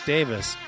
Davis